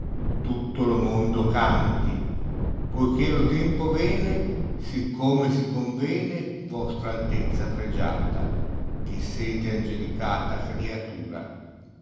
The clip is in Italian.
tutto lo mondo canti poiché io tempo vene siccome si convene vostra altezza pregiata che sete angelicata criatura